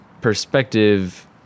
perspective